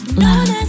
love